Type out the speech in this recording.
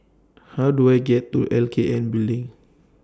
How Do I get to L K N Building